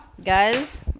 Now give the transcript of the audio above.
Guys